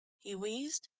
he wheezed.